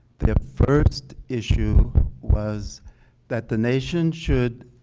the first issue was that the nation should